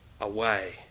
away